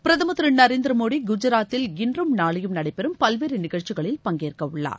பிரதமர் திரு நரேந்திர மோடி குஜராத்தில் இன்றும் நாளையும் நடைபெறும் பல்வேறு நிகழ்ச்சிகளில் பங்கேற்கவுள்ளார்